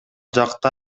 жакта